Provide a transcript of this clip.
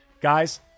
Guys